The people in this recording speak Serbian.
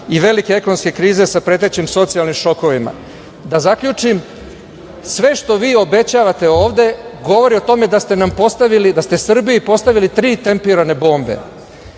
i velike ekonomske krize sa pretećim socijalnim šokovima. Da zaključim, sve što vi obećavate ovde govori o tome da ste nam postavili, da ste Srbiji postavili tri tempirane bombe.